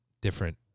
Different